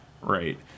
right